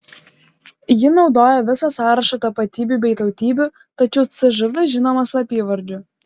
ji naudoja visą sąrašą tapatybių bei tautybių tačiau cžv žinoma slapyvardžiu